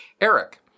Eric